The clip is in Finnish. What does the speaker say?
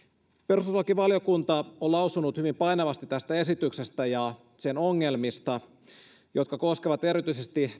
perustuslakivaliokunta on lausunut hyvin painavasti tästä esityksestä ja sen ongelmista jotka koskevat erityisesti